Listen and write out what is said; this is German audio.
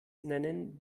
nennen